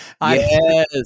Yes